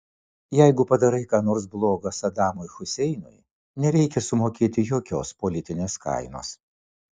jeigu padarai ką nors bloga sadamui huseinui nereikia sumokėti jokios politinės kainos